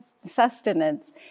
sustenance